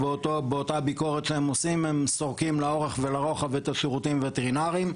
באותה ביקורת שהם עושים הם סורקים לאורך ולרוחב את השירותים הווטרינרים,